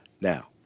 Now